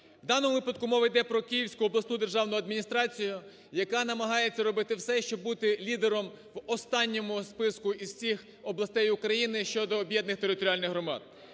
В даному випадку мова йде про Київську обласну державну адміністрацію, яка намагається робити все, щоб бути лідером в останньому списку із всіх областей України щодо об'єднаних територіальних громад.